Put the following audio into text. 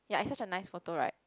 yeah it's such a nice photo right